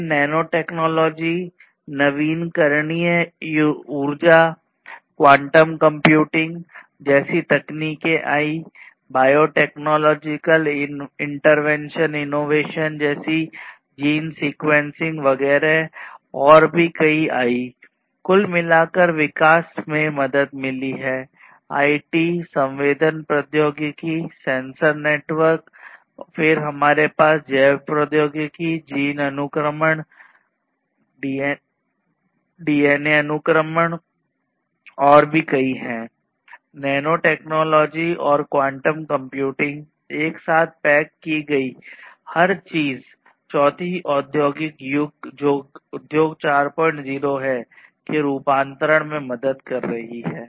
फिर nano technology और भी कई हैं नैनोटेक्नोलॉजी और क्वांटम कंप्यूटिंग एक साथ पैक की गई हर चीज चौथा औद्योगिक युग जो उद्योग 40 है के रूपान्तरण में मदद कर रही है